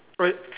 wait